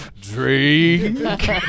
Drink